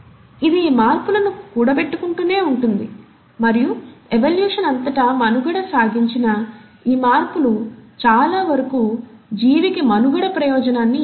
ఇది ఈ మార్పులను కూడబెట్టుకుంటూనే ఉంటుంది మరియు ఎవల్యూషన్ అంతటా మనుగడ సాగించిన ఈ మార్పులు చాలావరకు జీవికి మనుగడ ప్రయోజనాన్ని ఇచ్చాయి